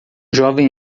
jovem